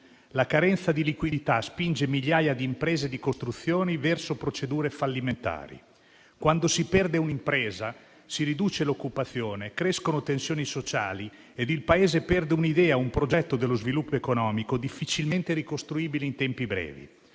La carenza di liquidità spinge migliaia di imprese di costruzioni verso procedure fallimentari. Quando si perde un'impresa, si riduce l'occupazione, crescono tensioni sociali ed il Paese perde un'idea e un progetto dello sviluppo economico difficilmente ricostruibili in tempi brevi.